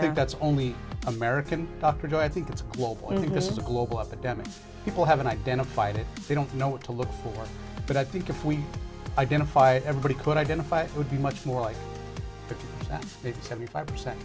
think that's only american doctor do i think it's global i mean this is a global epidemic people haven't identified it they don't know what to look for but i think if we identify everybody could identify it would be much more like the seventy five percent